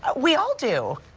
we all do,